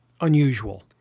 unusual